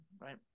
Right